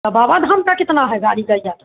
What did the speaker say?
बाबा धाम का कितना है गाड़ी लई जाके